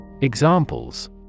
Examples